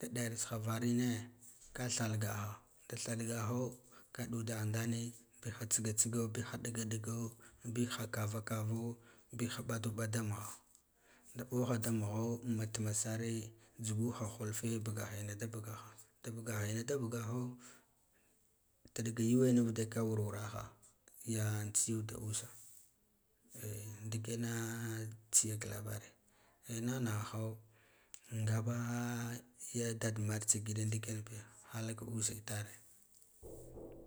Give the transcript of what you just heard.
da dayarha bvarinne ka thalgaha da thalgaho le a ɗudaha ndane biha tɓiga tsiga biha ɗin ga ɗingo biha kava kavo boha ɓadoɓa da mugha da mɓoha da mugho ma tuma sare duguha hulfe bugaha ina da bagaha ina da bugaha tilɗga yuwe da ka wura wu raha ya tsiyd da usa ndikena tsiga ka labaran ina nighaho ngaba ya dadmar tsa ngida ndikenbiya halak usa tare.